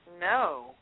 No